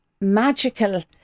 magical